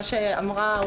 מה שאמרה,